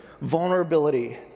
Vulnerability